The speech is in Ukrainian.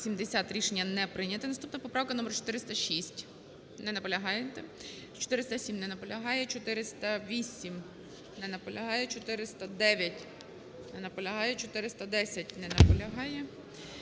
Рішення не прийнято. Наступна поправка номер 406. Не наполягаєте. 407. Не наполягаєте. 408. Не наполягають. 409. Не наполягають. 410. Не наполягає.